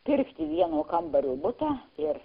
pirkti vieno kambario butą ir